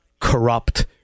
corrupt